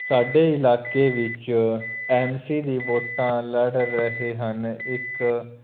ਸਾਡੇ ਇਲਾਕੇ ਵਿੱਚ ਐਮ ਸੀ ਦੀ ਵੋਟਾਂ ਲੜ ਰਹੇ ਹਨ ਇੱਕ